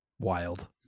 Wild